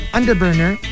Underburner